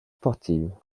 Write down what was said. sportive